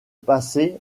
passé